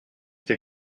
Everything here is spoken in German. der